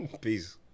peace